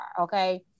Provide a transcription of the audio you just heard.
okay